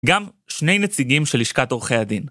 גם שני נציגים של לשכת עורכי הדין.